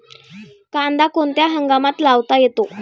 कांदा कोणत्या हंगामात लावता येतो?